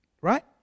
Right